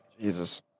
Jesus